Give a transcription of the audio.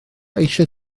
eisiau